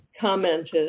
commented